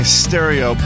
stereo